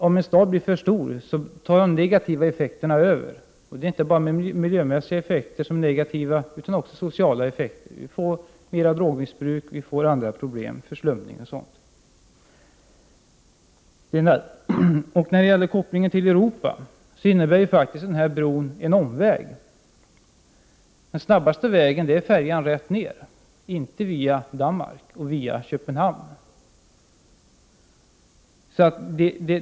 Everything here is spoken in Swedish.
Om en stad blir för stor, överväger de negativa effekterna. Det är inte bara miljöeffekterna som är negativa, utan det gäller också de sociala effekterna. Drogmissbruket ökar. Det uppstår också andra problem, t.ex. förslumning. När det gäller förbindelserna med Europa innebär faktiskt en sådan här bro en omväg. Snabbast går det, om man tar färjan direkt till kontinenten, inte via Danmark och Köpenhamn.